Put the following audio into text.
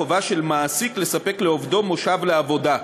חובה של מעסיק לספק לעובדו מושב לעבודה.